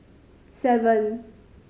seven